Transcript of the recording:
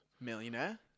Millionaire